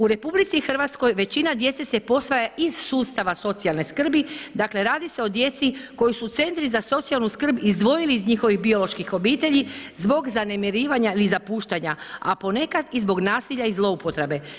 U RH većina djece se posvaja iz sustava socijalne skrbi, dakle radi se o djeci koju su centri za socijalnu skrb izdvojili iz njihovih bioloških obitelji zbog zanemarivanja ili zapuštanja a ponekad i zbog nasilja i zloupotrebe.